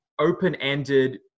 open-ended